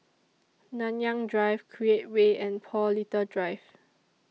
Nanyang Drive Create Way and Paul Little Drive